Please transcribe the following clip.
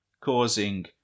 causing